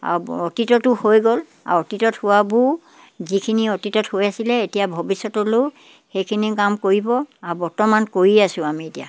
আৰু অতীততো হৈ গ'ল আৰু অতীতত হোৱাবোৰো যিখিনি অতীতত হৈ আছিলে এতিয়া ভৱিষ্যতলৈও সেইখিনি কাম কৰিব আৰু বৰ্তমান কৰি আছোঁ আমি এতিয়া